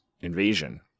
invasion